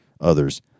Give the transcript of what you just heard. others